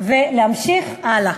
ולהמשיך הלאה.